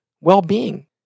well-being